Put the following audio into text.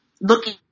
looking